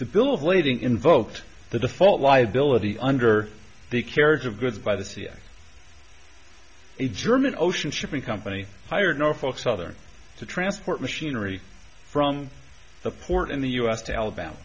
the bill of lading invoked the default liability under the carriage of goods by the c i a german ocean shipping company hired norfolk southern to transport machinery from the port in the us to alabama